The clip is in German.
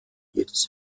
jedes